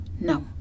No